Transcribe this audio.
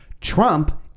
Trump